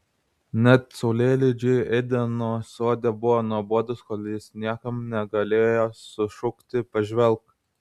net saulėlydžiai edeno sode buvo nuobodūs kol jis niekam negalėjo sušukti pažvelk